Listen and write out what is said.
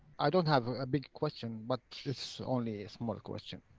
i don't have a big question, but it's only a small question.